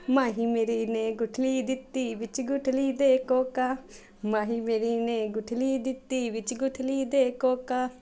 ਮਾਹੀ ਮੇਰੇ ਨੇ ਗੁਠਲੀ ਦਿੱਤੀ ਵਿੱਚ ਗੁਠਲੀ ਦੇ ਕੋਕਾ ਮਾਹੀ ਮੇਰੀ ਨੇ ਗੁਠਲੀ ਦਿੱਤੀ ਵਿੱਚ ਗੁਠਲੀ ਦੇ ਕੋਕਾ